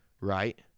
Right